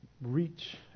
reach